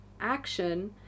action